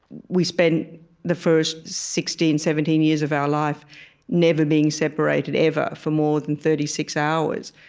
we spent the first sixteen, seventeen years of our life never being separated, ever, for more than thirty six hours.